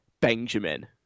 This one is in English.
Benjamin